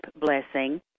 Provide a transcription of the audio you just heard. blessing